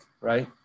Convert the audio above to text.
right